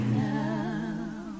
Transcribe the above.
now